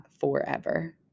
forever